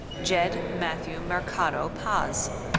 jed matthew mercado paz.